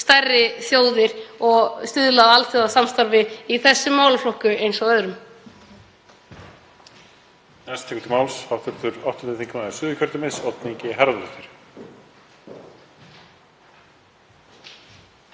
stærri þjóðir og stuðla að alþjóðasamstarfi í þessum málaflokki eins og öðrum.